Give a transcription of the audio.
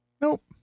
nope